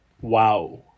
Wow